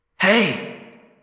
Hey